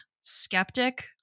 skeptic